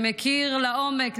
שמכיר לעומק,